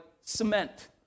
cement